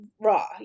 raw